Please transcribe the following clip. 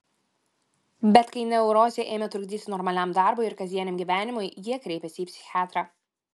bet kai neurozė ėmė trukdyti normaliam darbui ir kasdieniam gyvenimui jie kreipėsi į psichiatrą